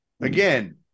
again